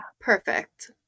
Perfect